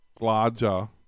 larger